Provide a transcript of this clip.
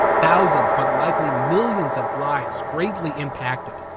thousands, but likely millions of lives greatly impacted.